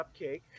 Cupcake